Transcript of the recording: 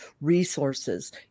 resources